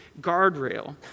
guardrail